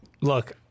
Look